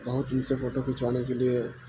بہت ان سے فوٹو کھنچوانے کے لیے